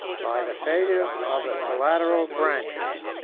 by the failure of the collateral branches,